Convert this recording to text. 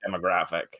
demographic